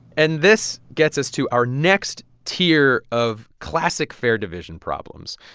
and this gets us to our next tier of classic fair division problems.